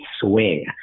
swing